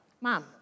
Mom